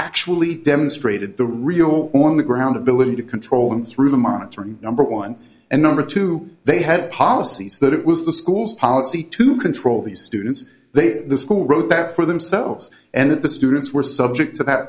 actually demonstrated the real on the ground ability to control them through the monitoring number one and number two they had policies that it was the school's policy to control the students they the school wrote that for themselves and that the students were subject to that